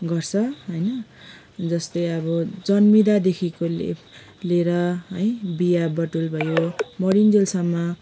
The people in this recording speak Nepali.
गर्छ होइन जस्तै अब जन्मिदादेखिको लिएर है बिहाबटुल भयो मरिन्जेलसम्म